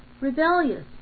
rebellious